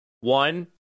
One